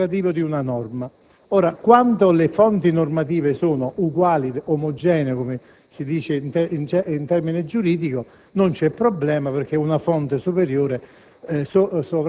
processo abrogativo di una norma. Quando le fonti normative non sono uguali ed omogenee, come si dice con termine giuridico, non c'è problema, perché una fonte superiore